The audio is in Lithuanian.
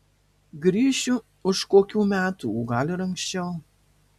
grįšiu už kokių metų o gal ir anksčiau